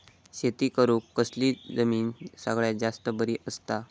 शेती करुक कसली जमीन सगळ्यात जास्त बरी असता?